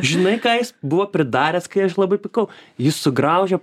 žinai ką jis buvo pridaręs kai aš labai pykau jis sugraužė